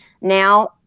Now